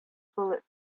bullet